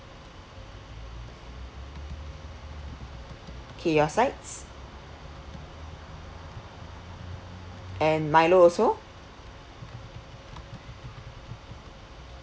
okay your sides and milo also